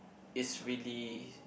is really